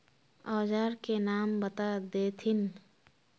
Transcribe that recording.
औजार के नाम बता देथिन?